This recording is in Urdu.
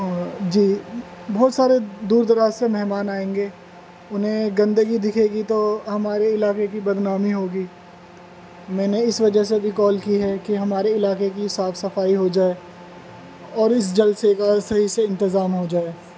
اور جی بہت سارے دور دراز سے مہمان آئیں گے انہیں گندگی دکھے گی تو ہمارے علاقے کی بدنامی ہوگی میں نے اس وجہ سے کہ کال کی ہے کہ ہمارے علاقے کی صاف صفائی ہو جائے اور اس جلسے کا صحیح سے انتظام ہو جائے